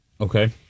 Okay